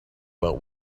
about